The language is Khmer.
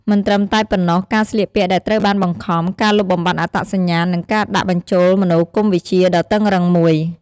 មិនត្រឹមតែប៉ុណ្ណោះ ការស្លៀកពាក់ដែលត្រូវបានបង្ខំ ការលុបបំបាត់អត្តសញ្ញាណ និងការដាក់បញ្ចូលមនោគមវិជ្ជាដ៏តឹងរ៉ឹងមួយ។